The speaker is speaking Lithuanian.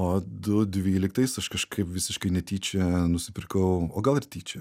o du dvyliktais aš kažkaip visiškai netyčia nusipirkau o gal ir tyčia